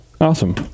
Awesome